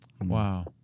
Wow